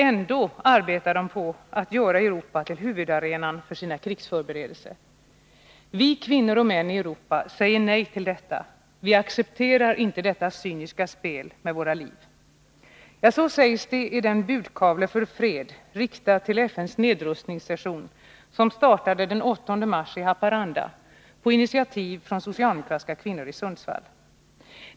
Ändå arbetar de på att göra Europa till huvudarenan för sina krigsförberedelser. Vi kvinnor och män i Europa säger nej till detta! Vi accepterar inte detta cyniska spel med våra liv. Så sägs det i den budkavle för fred, riktad till FN:s nedrustningssession, som startade den 8 mars i Haparanda på initiativ från socialdemokratiska kvinnor i Sundsvall.